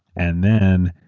and then,